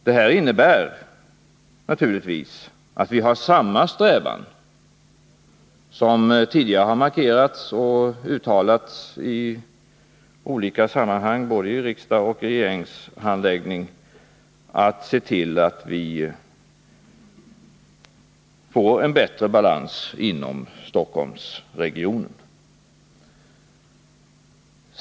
Det innebär naturligtvis att vi har samma strävan som vi tidigare har markerat och uttalat i olika sammanhang — både i riksdag och regeringshandläggning — att se till att vi får en bättre balans inom Stockholmsregionen.